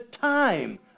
time